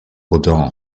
rodin